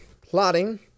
plotting